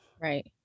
Right